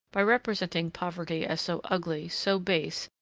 by representing poverty as so ugly, so base,